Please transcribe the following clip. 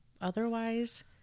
Otherwise